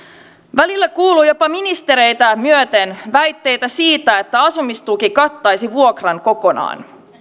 välillä kuuluu jopa ministereitä myöten väitteitä siitä että asumistuki kattaisi vuokran kokonaan